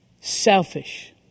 Selfish